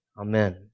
Amen